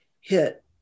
hit